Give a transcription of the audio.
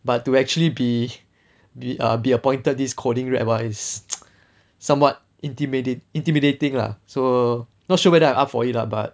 but to actually be be err appointed this coding rep ah is somewhat intimi~ intimidating lah so not sure whether I'm up for it lah but